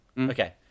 Okay